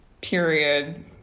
period